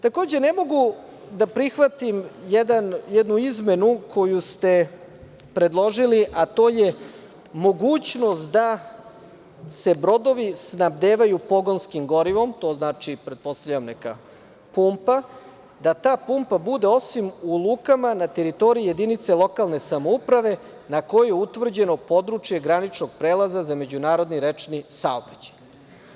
Takođe, ne mogu da prihvatim jednu izmenu koju ste predložili, a to je mogućnost da se brodovi snabdevaju pogonskim gorivom, to znači pretpostavljam neka pumpa, da ta pumpa bude osim u lukama na teritoriji jedinice lokalne samouprave na kojoj je utvrđeno područje graničnog prelaza za međunarodni rečni saobraćaj.